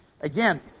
again